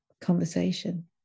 conversation